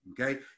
okay